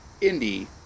Indy